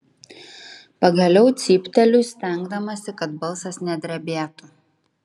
pagaliau cypteliu stengdamasi kad balsas nedrebėtų